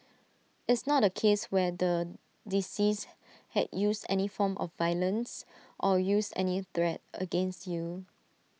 it's not A case where the deceased had used any form of violence or used any threat against you